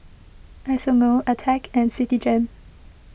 Isomil Attack and Citigem